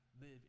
live